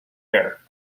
air